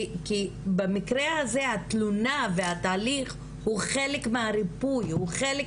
כי במקרה הזה התלונה והתהליך הוא חלק מהריפוי הוא חלק